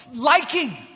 liking